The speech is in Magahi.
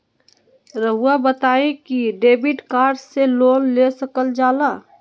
रहुआ बताइं कि डेबिट कार्ड से लोन ले सकल जाला?